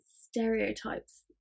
stereotypes